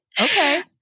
Okay